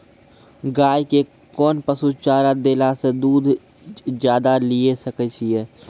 गाय के कोंन पसुचारा देला से दूध ज्यादा लिये सकय छियै?